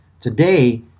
today